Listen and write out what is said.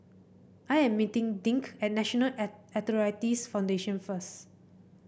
I am meeting Dink at National Arthritis Foundation first